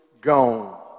gone